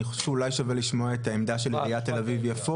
אני חושב שאולי שווה לשמוע את העמדה של עיריית תל אביב-יפו,